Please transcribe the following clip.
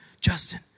Justin